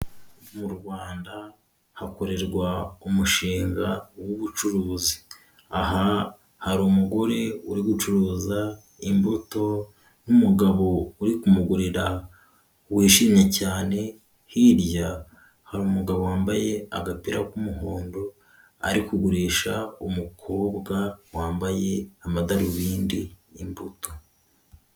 Mu Rwanda hakorerwa umushinga w'ubucuruzi aha hari umugore uri gucuruza imbuto n'umugabo uri kumugurira wishimye cyane, hirya hari umugabo wambaye agapira k'umuhondo ari kugurisha umukobwa wambaye amadarubindi imbuto.